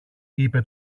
είπε